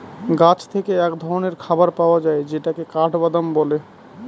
গাছ থেকে এক ধরনের খাবার পাওয়া যায় যেটাকে কাঠবাদাম বলে